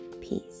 Peace